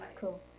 cool